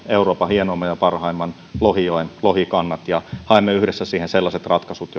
euroopan hienoimman ja parhaimman lohijoen lohikannat ja haemme yhdessä siihen sellaiset ratkaisut